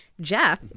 Jeff